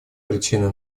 причина